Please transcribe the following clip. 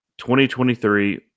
2023